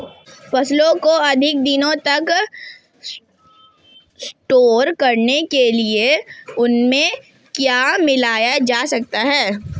फसलों को अधिक दिनों तक स्टोर करने के लिए उनमें क्या मिलाया जा सकता है?